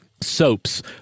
soaps